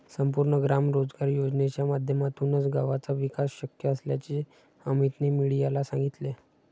संपूर्ण ग्राम रोजगार योजनेच्या माध्यमातूनच गावाचा विकास शक्य असल्याचे अमीतने मीडियाला सांगितले